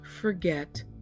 forget